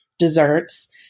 Desserts